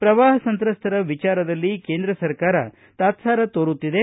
ಪ್ರವಾಹ ಸಂತ್ರಸ್ತರ ವಿಚಾರದಲ್ಲಿ ಕೇಂದ್ರ ಸರ್ಕಾರ ತಾತ್ಲಾರ ತೋರುತ್ತಿದೆ